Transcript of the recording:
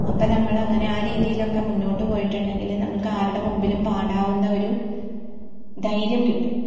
അപ്പം നമ്മൾ അങ്ങനെ ആ രീതിയിലൊക്കെ മുന്നോട്ട് പോയിട്ടുണ്ടെങ്കിൽ നമുക്ക് ആരുടെ മുമ്പിലും പാടാവുന്ന ഒരു ധൈര്യം കിട്ടും